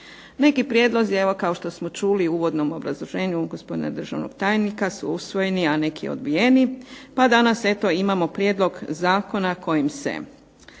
Neki prijedlozi evo kao što smo čuli u uvodnom obrazloženju gospodina državnog tajnika su usvojeni, a neki odbijeni pa danas eto imamo prijedlog zakona kojim se